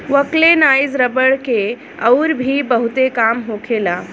vulcanise रबड़ के अउरी भी बहुते काम होखेला